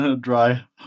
dry